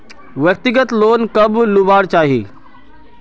व्यक्तिगत लोन कब लुबार चही?